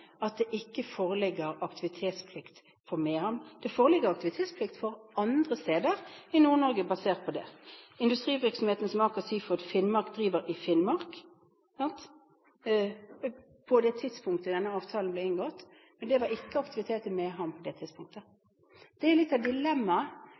at det ikke foreligger aktivitetsplikt for Mehamn. Det foreligger aktivitetsplikt for andre steder i Nord-Norge basert på det, f.eks. industrivirksomheten som Aker Seafoods Finnmark driver i Finnmark, på det tidspunktet denne avtalen ble inngått, men det var ikke aktivitet i Mehamn på det tidspunktet.